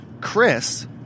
Chris